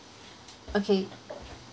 okay